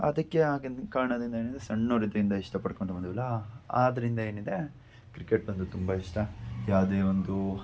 ಅದಕ್ಕೆ ಆಗಿನ ಕಾರಣದಿಂದ ಏನಿದೆ ಸಣ್ಣವರಿದ್ರಿಂದ ಇಷ್ಟ ಪಡ್ಕೊಂಡು ಬಂದ್ವಿಯಲ್ಲ ಆದ್ದರಿಂದ ಏನಿದೆ ಕ್ರಿಕೆಟ್ ಅಂದರೆ ತುಂಬ ಇಷ್ಟ ಯಾವುದೇ ಒಂದು